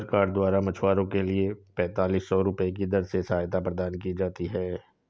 सरकार द्वारा मछुआरों के लिए पेंतालिस सौ रुपये की दर से सहायता प्रदान की जाती है